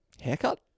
Haircut